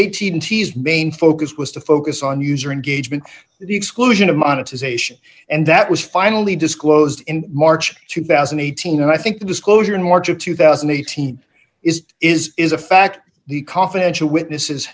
eighteen t's main focus was to focus on user engagement the exclusion of monetization and that was finally disclosed in march two thousand and eighteen and i think the disclosure in march of two thousand and thirteen is is is a fact the confidential witnesses